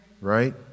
Right